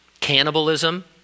cannibalism